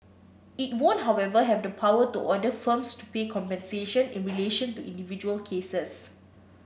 it won't however have the power to order firms to pay compensation in relation to individual cases